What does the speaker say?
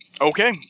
Okay